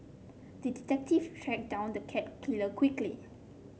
the detective tracked down the cat killer quickly